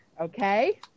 okay